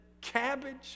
cabbage